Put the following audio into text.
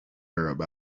arab